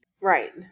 Right